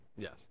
Yes